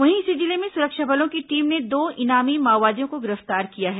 वहीं इसी जिले में सुरक्षा बलों की टीम ने दो इनामी माओवादियों को गिरफ्तार किया है